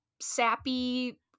sappy